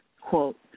Quote